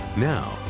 Now